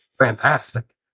fantastic